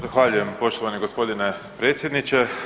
Zahvaljujem poštovani g. predsjedniče.